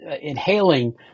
inhaling